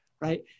right